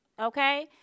Okay